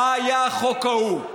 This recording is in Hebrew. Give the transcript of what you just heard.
במה היה החוק ההוא.